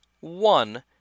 one